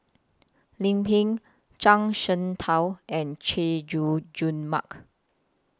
Lim Pin Zhuang Shengtao and Chay Jung Jun Mark